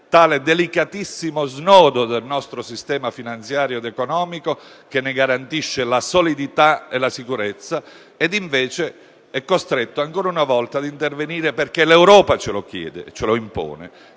tale delicatissimo snodo del nostro sistema finanziario ed economico che ne garantisce la solidarietà e la sicurezza e, invece, è costretto ancora una volta ad intervenire perché l'Europa ce lo impone e la Banca